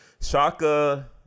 Shaka